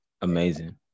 Amazing